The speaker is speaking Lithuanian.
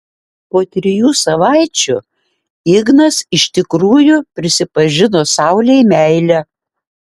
po trijų savaičių ignas iš tikrųjų prisipažino saulei meilę